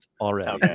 already